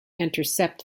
intercept